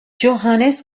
johannes